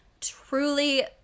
Truly